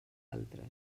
altres